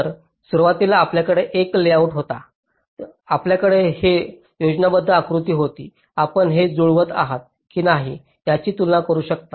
तर सुरुवातीला आपल्याकडे एक लेआउट होता आपल्याकडे हे योजनाबद्ध आकृती होती आपण ते जुळत आहात की नाही याची तुलना करू शकता